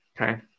okay